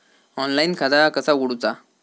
Online खाता कसा उगडूचा?